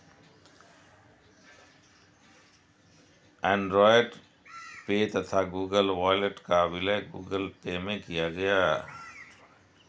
Android Pay तथा Google Wallet का विलय गूगल पे में किया गया